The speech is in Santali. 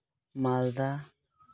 ᱢᱟᱞᱫᱟ